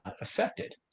affected